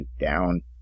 down